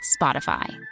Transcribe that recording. Spotify